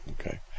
okay